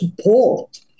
support